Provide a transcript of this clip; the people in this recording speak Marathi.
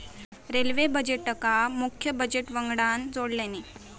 रेल्वे बजेटका मुख्य बजेट वंगडान जोडल्यानी